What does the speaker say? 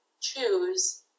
choose